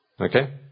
okay